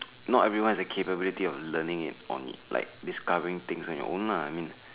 not every one is keep with you learning in on like discovering things you own lah I mean